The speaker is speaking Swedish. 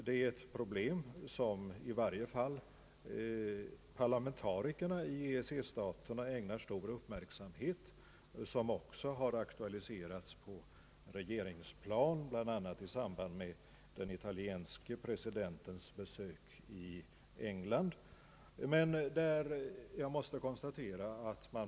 Det är ett problem som i varje fall parlamentarikerna i EEC-staterna ägnar stor uppmärksamhet och som också har aktualiserats på regeringsplan, bl.a. i samband med den italienske presidentens besök i England.